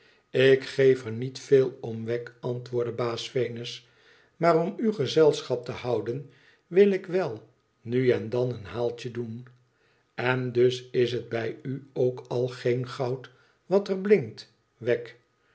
ik geef er niet veel om wegg antwoordt baas venos maar om u gezelschap te houden wil ik wel nu en dan een haaltje doen n dus is het bij u ook al geen goud wat er blinkt wegg